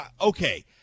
Okay